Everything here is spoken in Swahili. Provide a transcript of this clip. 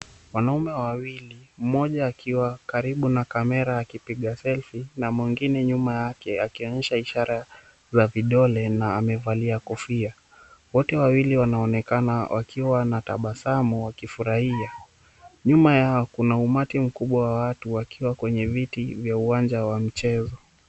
Wanaume wawili, mmoja akiwa karibu na kamera akipiga selfie na mwingine nyuma yake akionyesha ishara za vidole na amevalia kofia. Wote wawili wanaonekana wakiwa na tabasamu wakifurahia. Nyuma yao kuna umati mkubwa wa watu wakiwa kwenye viti vya uwanja wa michezo.